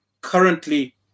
currently